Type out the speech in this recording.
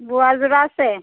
বোৱা যোৰা আছে